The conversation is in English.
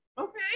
okay